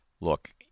look